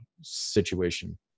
situation